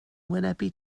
wynebu